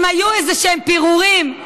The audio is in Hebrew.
אם היו איזשהם פירורים,